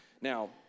Now